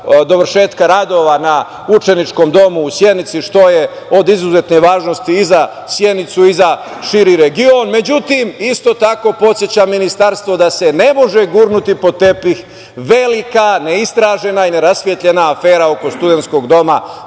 dovršetka radova na učeničkom domu u Sjenici, što je od izuzetne važnosti i za Sjenicu i za širi region.Međutim, isto tako podsećam ministarstvo da se ne može gurnuti pod tepih velika, neistražena i ne rasvetljena afera oko studentskog doma